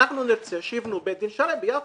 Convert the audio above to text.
נרצה שיבנו בית דין שרעי ביפו.